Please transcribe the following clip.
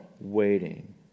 waiting